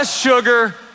sugar